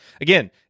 again